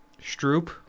Stroop